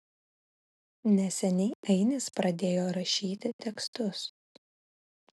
neseniai ainis pradėjo rašyti tekstus